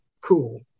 cool